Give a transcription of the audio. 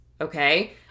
okay